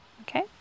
Okay